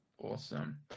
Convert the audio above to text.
awesome